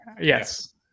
Yes